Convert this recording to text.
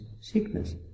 sickness